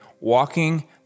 walking